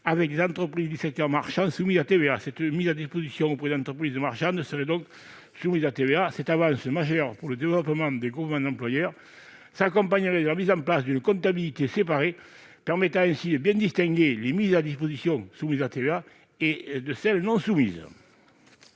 avec des entreprises du secteur marchand soumises à cette taxe. Ces mises à disposition auprès d'entreprises marchandes seraient donc soumises à la TVA. Cette avancée majeure pour le développement des groupements d'employeurs s'accompagnerait de la mise en place d'une comptabilité séparée, qui permettrait de bien distinguer les mises à disposition soumises à la TVA de celles qui